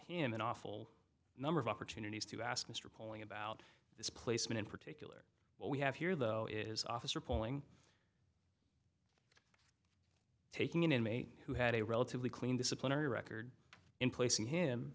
him an awful number of opportunities to ask mr pauling about this placement in particular what we have here though is officer pulling taking an inmate who had a relatively clean disciplinary record in placing him